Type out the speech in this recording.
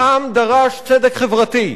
העם דרש צדק חברתי.